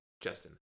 Justin